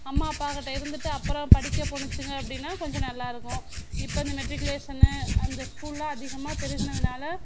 அம்மா அப்பாகிட்ட இருந்துட்டு அப்புறம் படிக்க போணுச்சுங்க அப்படின்னா கொஞ்சம் நல்லா இருக்கும் இப்போ இந்த மெட்ரிகுலேஷன் அந்த ஸ்கூல்லாம் அதிகமாக பெருகுனதனால்